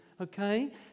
okay